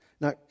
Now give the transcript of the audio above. now